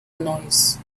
noise